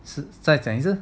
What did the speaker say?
是在讲一次